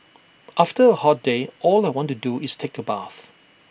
after A hot day all I want to do is take A bath